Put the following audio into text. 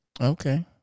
okay